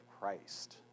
Christ